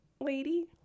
lady